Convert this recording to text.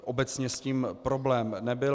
Obecně s tím problém nebyl.